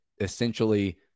essentially